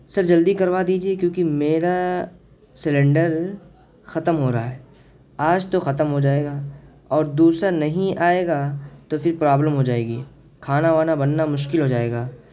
سر جلدی کروا دیجیے کیونکہ میرا سلنڈر ختم ہو رہا ہے آج تو ختم ہو جائے گا اور دوسرا نہیں آئے گا تو پھر پرابلم ہو جائے گی کھانا وانا بننا مشکل ہو جائے گا